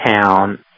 town